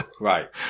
right